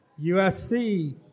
USC